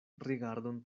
rigardon